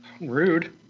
Rude